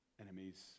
enemies